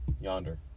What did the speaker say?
Yonder